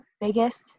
biggest